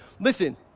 listen